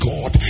God